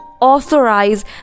authorize